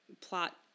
plot